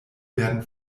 werden